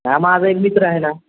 हा माझा एक मित्र आहे ना